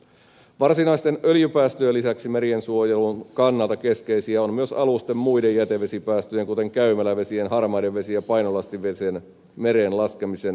varsinaisten öljypäästöjen lisäksi meriensuojelun kannalta keskeisiä ovat myös alusten muiden jätevesipäästöjen kuten käymälävesien harmaiden vesien ja painolastivesien mereen laskemisen rajoittaminen